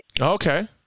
Okay